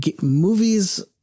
movies